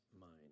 mind